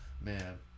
Man